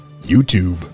youtube